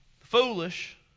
Foolish